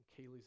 Kaylee's